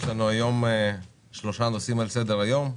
לנו היום שלושה נושאים על סדר היום: